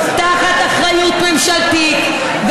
תחת אחריות ממשלתית.